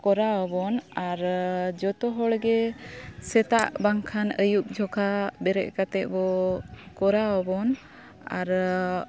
ᱠᱚᱨᱟᱣ ᱟᱵᱚᱱ ᱟᱨ ᱡᱷᱚᱛᱚ ᱦᱚᱲᱜᱮ ᱥᱮᱛᱟᱜ ᱵᱟᱝᱠᱷᱟᱱ ᱟᱹᱭᱩᱵ ᱡᱚᱠᱷᱚᱱ ᱵᱮᱨᱮᱫ ᱠᱟᱛᱮᱫ ᱵᱚᱱ ᱠᱚᱨᱟᱣ ᱟᱵᱚᱱ ᱟᱨ